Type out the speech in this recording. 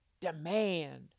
demand